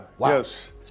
yes